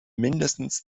mindestens